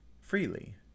freely